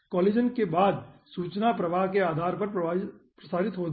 collision के बाद सूचना प्रवाह के आधार पर प्रसारित होगी